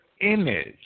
Image